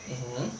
mmhmm